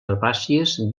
herbàcies